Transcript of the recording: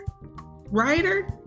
writer